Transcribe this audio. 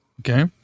Okay